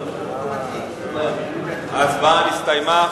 ההצבעה הסתיימה.